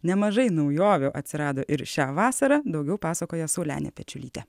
nemažai naujovių atsirado ir šią vasarą daugiau pasakoja saulenė pečiulytė